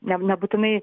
ne nebūtinai